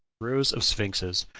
rows of sphinxes,